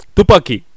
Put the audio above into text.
Tupaki